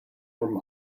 from